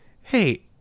hey